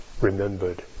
remembered